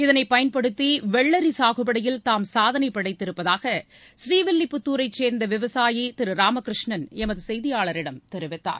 இதனை பயன்படுத்தி வெள்ளாி சாகுபடியில் தாம் சாதனை படைத்திருப்பதாக ப்ரீவில்லிபுத்தாரை சேர்ந்த விவசாயி திரு ராமகிருஷ்ணன் எமது செய்தியாளரிடம் தெரிவித்தார்